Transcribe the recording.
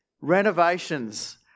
Renovations